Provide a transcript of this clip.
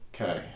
Okay